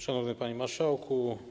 Szanowny Panie Marszałku!